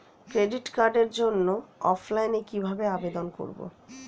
Credit কার্ডের জন্য অফলাইনে কিভাবে আবেদন করব?